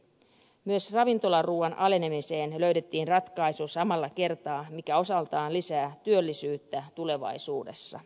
myös ravintolaruuan verotuksen alenemiseen löydettiin ratkaisu samalla kertaa mikä osaltaan lisää työllisyyttä tulevaisuudessa